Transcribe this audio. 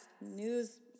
news